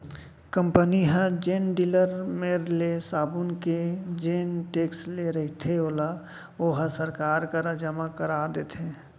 company ह जेन dealer मेर ले साबून के जेन टेक्स ले रहिथे ओला ओहा सरकार करा जमा करा देथे